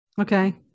Okay